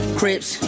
crips